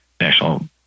national